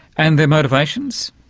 and their motivations?